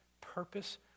purpose